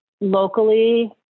locally